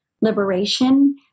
liberation